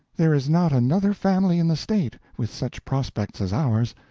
there is not another family in the state with such prospects as ours.